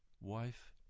wife